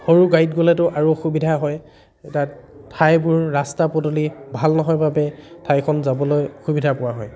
সৰু গাড়ীত গ'লেতো আৰু অসুবিধা হয় তাত ঠাইবোৰ ৰাস্তা পদূলি ভাল নহয় বাবে ঠাইখন যাবলৈ অসুবিধা পোৱা হয়